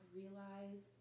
realize